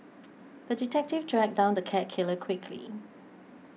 the detective tracked down the cat killer quickly